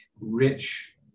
rich